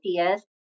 ideas